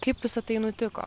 kaip visa tai nutiko